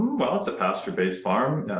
well, it's a pasture based farm